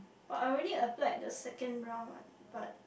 but I already applied the second round one but